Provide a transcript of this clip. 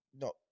No